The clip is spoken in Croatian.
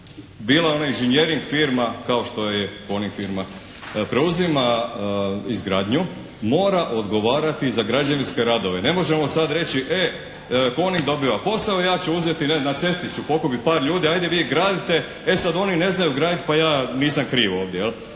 bila ona inženjering firma kao što je "Coning" firma preuzima izgradnju, mora odgovarati i za građevinske radove. Ne možemo sad reći e "Coning" dobiva posao, ja ću uzeti, ne znam na cesti ću pokupiti par ljudi ajde vi gradite. E sad oni ne znaju graditi pa ja nisam kriv ovdje. Tako